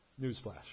Newsflash